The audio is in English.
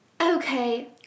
Okay